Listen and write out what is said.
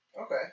Okay